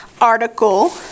article